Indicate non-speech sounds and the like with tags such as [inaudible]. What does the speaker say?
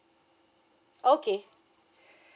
okay [breath]